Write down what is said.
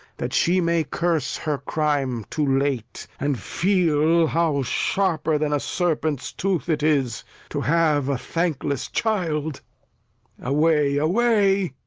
that she may curse her crime too late, and feel how sharper than a serpent's tooth it is to have a thankless child away, away.